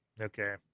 Okay